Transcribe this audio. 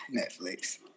Netflix